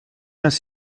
است